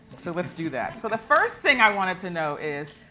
so let's do that. so the first thing i wanted to know is,